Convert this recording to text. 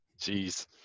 jeez